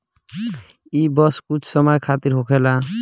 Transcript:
ई बस कुछ समय खातिर होखेला